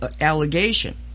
allegation